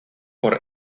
por